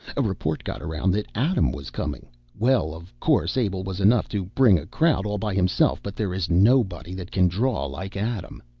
a report got around that adam was coming well, of course, abel was enough to bring a crowd, all by himself, but there is nobody that can draw like adam.